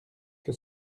que